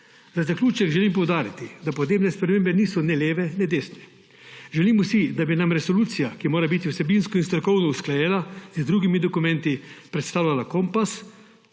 Za zaključek želim poudariti, da podnebne spremembe niso ne leve ne desne. Želimo si, da bi nam resolucija, ki mora biti vsebinsko in strokovno usklajena, z drugimi dokumenti predstavljala kompas,